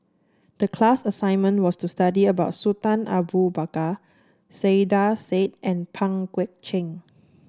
the class assignment was to study about Sultan Abu Bakar Saiedah Said and Pang Guek Cheng